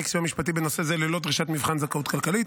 סיוע משפטי בנושא זה ללא דרישת מבחן זכאות כלכלית.